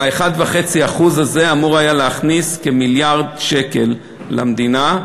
ה-1.5% הזה אמור היה להכניס כמיליארד שקל למדינה.